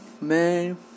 man